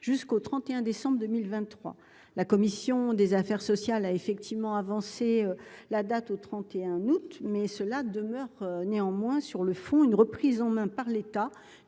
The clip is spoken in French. jusqu'au 31 décembre 2023 la commission des affaires sociales a effectivement avancé la date au 31 août mais cela demeure néanmoins sur le fond, une reprise en main par l'état